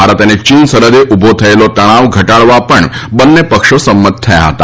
ભારત અને ચીન સરહદે ઊભો થયેલો તણાવ ઘટાડવા પણ બંને પક્ષો સહમત થયા હતા